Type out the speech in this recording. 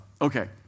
Okay